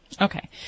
Okay